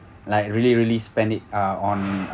like really really spend it uh on